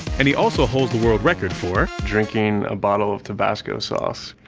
and he also holds the world record for drinking a bottle of tabasco sauce.